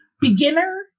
beginner